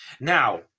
Now